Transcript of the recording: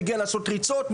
מגיע לעשות ריצות,